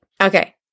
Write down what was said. Okay